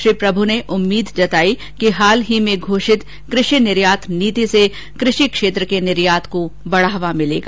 श्री प्रभू ने उम्मीद जतायी कि हाल ही में घोषित कृषि निर्यात नीति से कृषि क्षेत्र के निर्यात को बढावा मिलेगा